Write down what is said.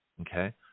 Okay